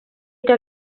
que